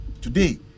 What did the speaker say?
today